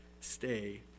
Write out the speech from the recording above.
stay